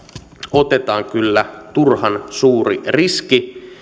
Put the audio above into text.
otetaan kyllä turhan suuri riski